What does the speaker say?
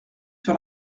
sur